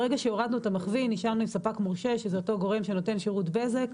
ברגע שנשארנו עם "ספק מורשה" שזה אותו גורם שנותן שירות בזק.